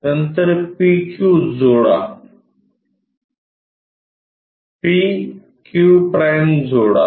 नंतर p q जोडा p q' जोडा